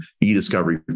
e-discovery